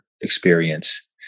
experience